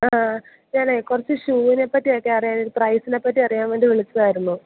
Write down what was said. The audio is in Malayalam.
ആ ഞാൻ കുറച്ച് ഷൂവിനെ പറ്റിയൊക്കെ അറിയാൻ പ്രൈസിനെ പറ്റി അറിയാൻ വേണ്ടി വിളിച്ചതായിരുന്നു